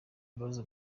imbabazi